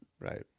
Right